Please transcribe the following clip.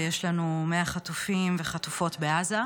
ויש לנו 100 חטופים וחטופות בעזה.